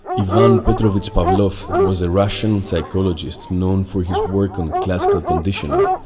ivan petrovich pavlov was a russian psychologist known for his work on classical conditioning.